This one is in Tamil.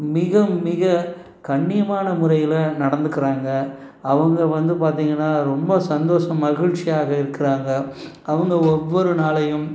மிக மிக கண்ணியமான முறையில் நடந்துக்கிறாங்க அவங்க வந்து பார்த்திங்கன்னா ரொம்ப சந்தோசம் மகிழ்ச்சியாக இருக்கிறாங்க அவங்க ஒவ்வொரு நாளையும்